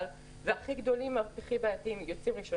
היה שעסקים בינוניים וקטנים ומשקי בית לא ראו